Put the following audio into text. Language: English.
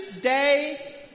day